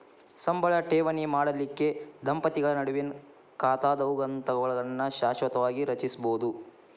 ಸಂಬಳ ಠೇವಣಿ ಮಾಡಲಿಕ್ಕೆ ದಂಪತಿಗಳ ನಡುವಿನ್ ಖಾತಾದಂತಾವುಗಳನ್ನ ಶಾಶ್ವತವಾಗಿ ರಚಿಸ್ಬೋದು